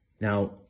now